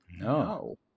No